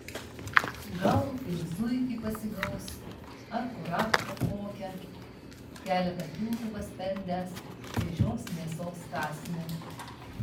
gal ir zuikį pasigaus ar kurapką kokią keletą kilpų paspendęs šviežios mėsos kąsniui